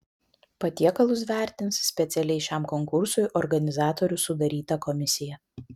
patiekalus vertins specialiai šiam konkursui organizatorių sudaryta komisija